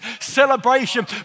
celebration